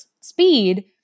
speed